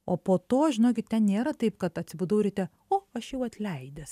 o po to žinokit ten nėra taip kad atsibudau ryte o aš jau atleidęs